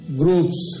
groups